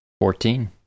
Fourteen